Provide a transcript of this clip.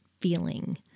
feeling